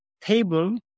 table